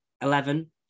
Eleven